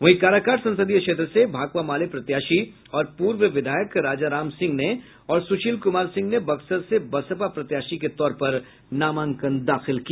वहीं काराकाट संसदीय क्षेत्र से भाकपा माले प्रत्याशी और पूर्व विधायक राजाराम सिंह ने और सुशील कुमार सिंह ने बक्सर से बसपा प्रत्याशी के तौर पर नामांकन दाखिल किया